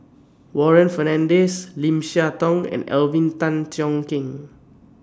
Warren Fernandez Lim Siah Tong and Alvin Tan Cheong Kheng